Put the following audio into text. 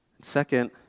Second